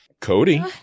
cody